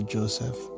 Joseph